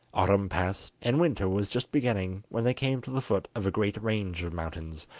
autumn passed, and winter was just beginning when they came to the foot of a great range of mountains,